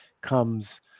comes